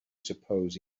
suppose